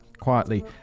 quietly